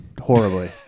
horribly